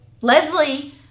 Leslie